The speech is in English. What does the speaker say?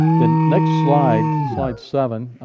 then next slide, slide seven,